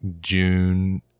june